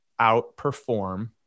outperform